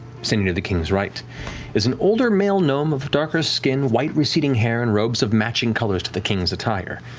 sitting to the king's right is an older male gnome of darker skin, white receding hair, and robes of matching colors to the king's attire.